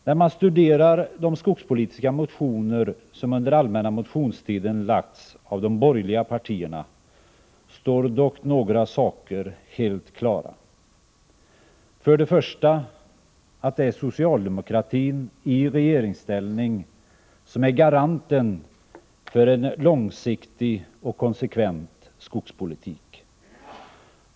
När man studerar de skogspolitiska motioner som under allmänna motionstiden lagts fram av de borgerliga partierna står dock några saker helt klara: För det första att det är socialdemokratin i regeringsställning som är garanten för en långsiktig och konsekvent skogspolitik.